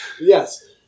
Yes